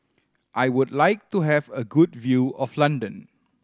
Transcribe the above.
I would like to have a good view of London